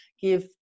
give